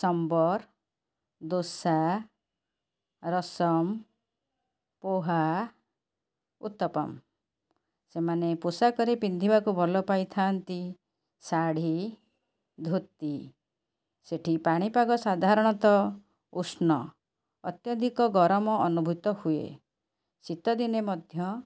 ସମ୍ବର ଦୋସା ରସମ ପୋହା ଉତପମ୍ ସେମାନେ ପୋଷାକରେ ପିନ୍ଧିବାକୁ ଭଲପାଇଥାନ୍ତି ଶାଢ଼ୀ ଧୋତି ସେଠି ପାଣିପାଗ ସାଧାରଣତଃ ଉଷ୍ଣ ଅତ୍ୟଧିକ ଗରମ ଅନୁଭୂତ ହୁଏ ଶୀତଦିନେ ମଧ୍ୟ